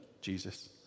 Jesus